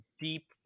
deep